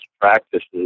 practices